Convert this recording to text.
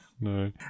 no